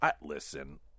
Listen